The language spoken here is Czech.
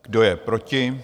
Kdo je proti?